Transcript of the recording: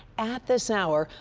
at this hour,